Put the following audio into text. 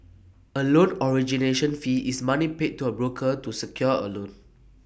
A loan origination fee is money paid to A broker to secure A loan